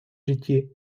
житті